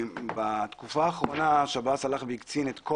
בתקופה האחרונה שירות בתי הסוהר הקצין את כל